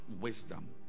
wisdom